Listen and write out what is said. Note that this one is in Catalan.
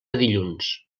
dilluns